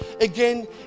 again